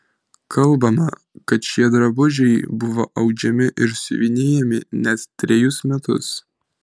kalbama kad šie drabužiai buvo audžiami ir siuvinėjami net trejus metus